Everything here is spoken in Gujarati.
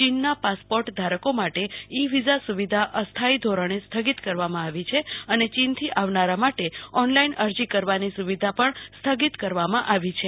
ચીનના પાસપોટધારકો માટે ઈ વીઝા સુવિધા અસ્થાથી ધોરણે સ્થગિત કરવામાં આવી છે અને ચીનથી આવનારા માટે ઓનલાઈન અરજી કરવાની સુવિધા પણ સ્થગિત કરવામાં આવી છે